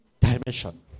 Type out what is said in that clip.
dimension